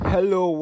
Hello